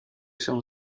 się